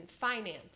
finance